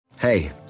Hey